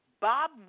Bob